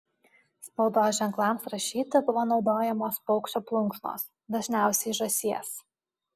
spaudos ženklams rašyti buvo naudojamos paukščio plunksnos dažniausiai žąsies